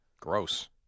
Gross